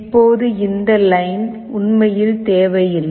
இப்போது இந்த லைன் உண்மையில் தேவையில்லை